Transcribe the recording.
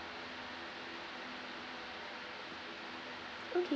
okay